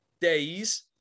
days